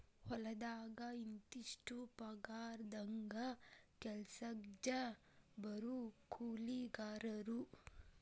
ಹೊಲದಾಗ ಇಂತಿಷ್ಟ ಪಗಾರದಂಗ ಕೆಲಸಕ್ಜ ಬರು ಕೂಲಿಕಾರರು